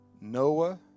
Noah